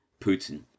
Putin